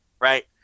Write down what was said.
right